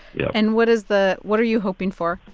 yeah and what is the what are you hoping for?